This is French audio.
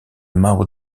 mao